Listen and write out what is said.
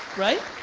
right?